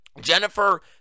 Jennifer